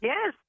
Yes